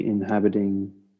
Inhabiting